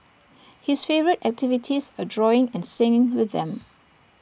his favourite activities are drawing and singing with them